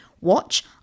Watch